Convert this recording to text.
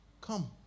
Come